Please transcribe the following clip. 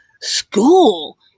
school